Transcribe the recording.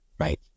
Right